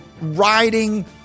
riding